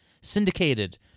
syndicated